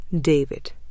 David